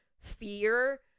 fear